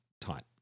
tight